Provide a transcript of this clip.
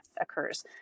occurs